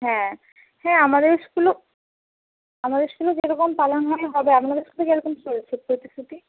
হ্যাঁ হ্যাঁ আমাদের স্কুলেও আমাদের স্কুলেও যে রকম পালন হয় হবে আপনাদের স্কুলে কেরকম চলছে প্রতিস্তুতি